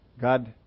God